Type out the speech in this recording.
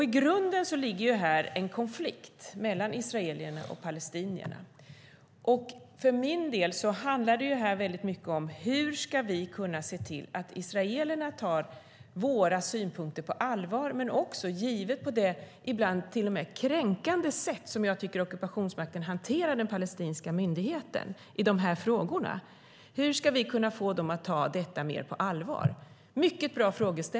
I grunden ligger här en konflikt mellan israelerna och palestinierna. För min del handlar det här väldigt mycket om hur vi ska kunna se till att israelerna tar våra synpunkter på allvar, givet det ibland till och med kränkande sätt som jag tycker att ockupationsmakten hanterar den palestinska myndigheten på i de här frågorna. Hur ska vi kunna få dem att ta detta mer på allvar? Det är mycket bra frågor.